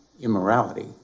immorality